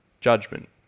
Judgment